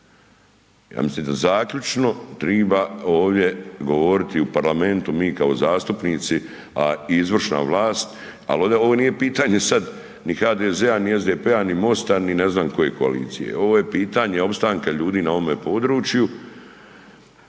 Ja mislim da zaključno treba ovdje govoriti u Parlamentu mi kao zastupnici a izvršna vlast ali ovdje ovo nije pitanje sad ni HDZ-a ni SDP-a ni MOST-a ni ne znam koje koalicije, ovo je pitanje opstanka ljudi na ovome području